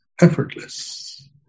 effortless